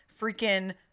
freaking